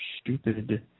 stupid